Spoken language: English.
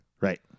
Right